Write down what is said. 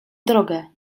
drogę